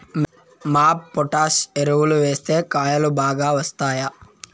MOP potash ఎరువులు వేస్తే కాయలు బాగా వస్తాయా?